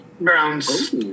Browns